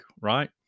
right